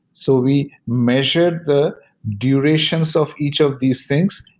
so we measure the durations of each of these things.